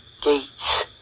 gates